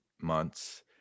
months